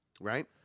right